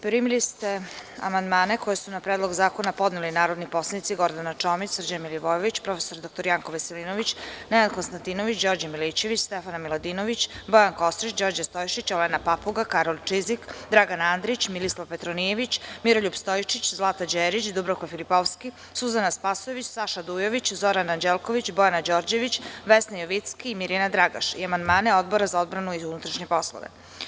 Primili ste amandmane koje su na Predlog zakona podneli narodni poslanici: Gordana Čomić, Srđan Milivojević, prof. dr Janko Velselinović, Nenad Konstantinović, Đorđe Milićević, Stefana Miladinović, Bojan Kostreš, Đorđe Stojšić, Olena Papuga, Karolj Čizik, Dragan Andrić, Milisav Petronijević, Miroljub Stojčić, Zlata Đerić, Dubravka Filipovski, Suzana Spasojević, Saša Dujović, Zoran Anđelković, Bojana Đorđević, Vesna Jovicki i Mirjana Dragaš i amandmane Odbora za odbranu i unutrašnje poslove.